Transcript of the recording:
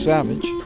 Savage